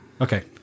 Okay